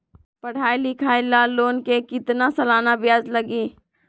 पढाई लिखाई ला लोन के कितना सालाना ब्याज लगी?